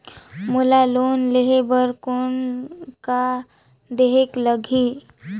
मोला लोन लेहे बर कौन का देहेक लगही?